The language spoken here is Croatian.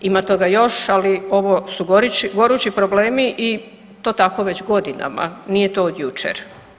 Ima toga još ali ovo su gorući problemi i to tako već godinama, nije to od jučer.